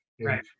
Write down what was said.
Right